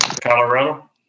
Colorado